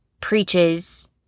preaches